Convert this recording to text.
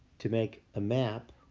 to make a map,